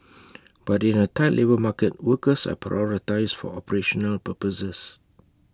but in A tight labour market workers are prioritised for operational purposes